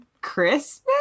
Christmas